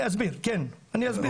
כן, אני אסביר.